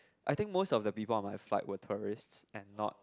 I think most of the people on my flight were tourists and not